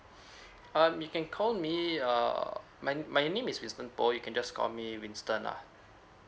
uh you can call me err my my name is winston boh you can just call me winston lah